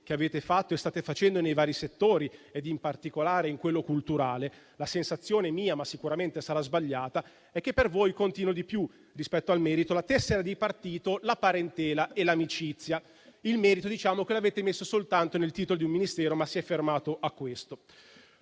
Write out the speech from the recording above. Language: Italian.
che avete fatto e state facendo nei vari settori, ed in particolare in quello culturale, la sensazione mia, ma sicuramente sarà sbagliata, è che per voi contino di più del merito la tessera di partito, la parentela e l'amicizia. Il merito lo avete messo soltanto nel titolo di un Ministero ma si è fermato a questo.